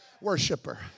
worshiper